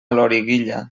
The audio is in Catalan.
loriguilla